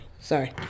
sorry